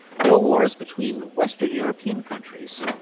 no wars between western european countries.